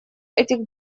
этих